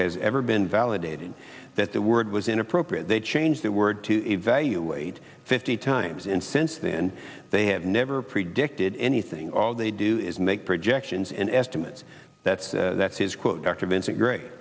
has ever been validated that the word was inappropriate they changed that word to evaluate fifty times and since then they have never predicted anything all they do is make projections and estimates that's that's his quote d